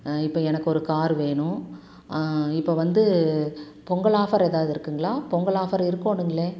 இப்போ எனக்கு ஒரு கார் வேணும் இப்போது வந்து பொங்கல் ஆஃபர் எதாவது இருக்குதுங்களா பொங்கல் ஆஃபர் இருக்கணுங்களே